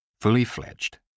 Fully-fledged